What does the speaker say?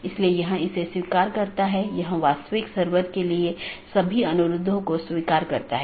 इसलिए उन्हें सीधे जुड़े होने की आवश्यकता नहीं है